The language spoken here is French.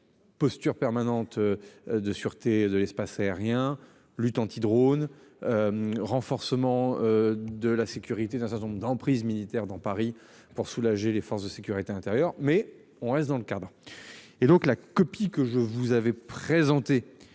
Posture permanente. De sûreté de l'espace aérien lutte anti-drone. Renforcement de la sécurité d'un certain nombre d'emprises militaires dans Paris pour soulager les forces de sécurité intérieure mais on reste dans le cadre. Et donc la copie que je vous avez présenté